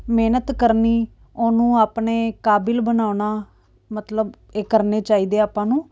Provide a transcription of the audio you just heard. ਮਿਹਨਤ ਕਰਨੀ ਉਹਨੂੰ ਆਪਣੇ ਕਾਬਲ ਬਣਾਉਣਾ ਮਤਲਬ ਇਹ ਕਰਨੇ ਚਾਹੀਦੇ ਆਪਾਂ ਨੂੰ